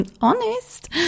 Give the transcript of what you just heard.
honest